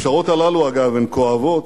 הפשרות האלה, אגב, הן כואבות,